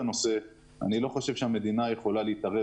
אני לא חושב שהמדינה יכולה להתערב